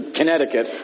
Connecticut